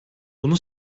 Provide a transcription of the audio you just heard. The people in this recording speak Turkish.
bunu